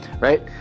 right